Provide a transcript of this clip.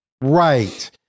Right